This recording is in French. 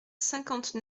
cinquante